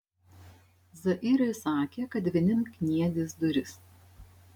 zairiui sakė kad vinim kniedys duris